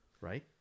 Right